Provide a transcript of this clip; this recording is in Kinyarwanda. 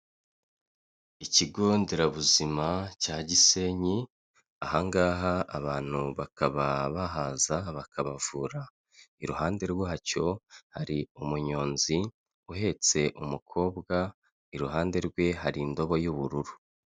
Ikigo nderabuzima cya Gisenyi, aha ngaha abantu bakaba bahaza bakabavura, iruhande rwacyo, hari umunyonzi uhetse umukobwa, iruhande rwe, hari indobo y'ubururu.